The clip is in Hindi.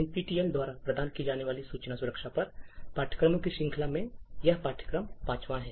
एनपीटीईएल द्वारा प्रदान की जाने वाली सूचना सुरक्षा पर पाठ्यक्रमों की श्रृंखला में यह पाठ्यक्रम पांचवां है